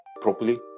properly